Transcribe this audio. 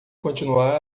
continuar